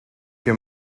que